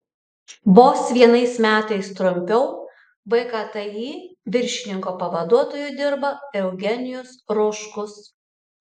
vos vienais metais trumpiau vkti viršininko pavaduotoju dirba eugenijus ruškus